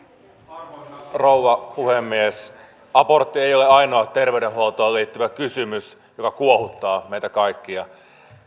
arvoisa rouva puhemies abortti ei ole ainoa terveydenhuoltoon liittyvä kysymys joka kuohuttaa meitä kaikkia